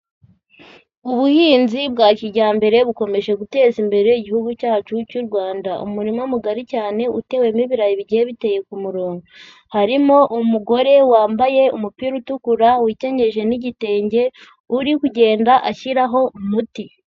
Ubuhinzi bwa kijyambere bukomeje guteza imbere Igihugu cyacu cy'u Rwanda, umurima mugari cyane utewemo ibirayi bigiye biteye ku murongo, harimo umugore wambaye umupira utukura wikenyeje n'igitenge uri kugenda ashyiraho umuti.